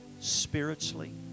spiritually